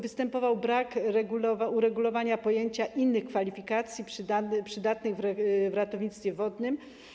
Występował brak uregulowania pojęcia innych kwalifikacji przydatnych w ratownictwie wodnym.